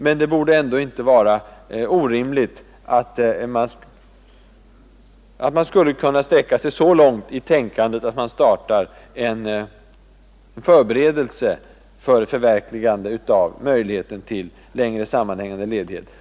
Men det borde ändå inte vara orimligt att sträcka sig så långt i tänkandet att man startar en förberedelse till förverkligande av möjligheten till längre sammanhängande ledighet.